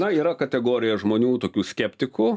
na yra kategorija žmonių tokių skeptikų